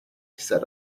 said